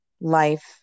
life